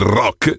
rock